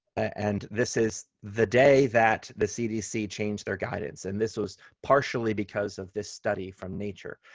and this is the day that the cdc changed their guidance, and this was partially because of this study from nature,